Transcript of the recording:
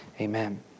Amen